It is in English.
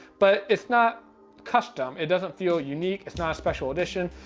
but it's not custom. it doesn't feel unique, it's not a special edition.